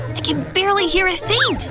i can barely hear ah thing!